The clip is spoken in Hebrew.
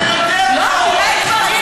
זה יותר טוב.